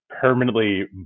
permanently